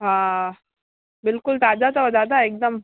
हा बिल्कुलु ताज़ा अथव दादा हिकदमि